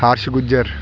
Arsh Gujjar